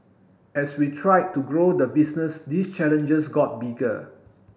as we tried to grow the business these challenges got bigger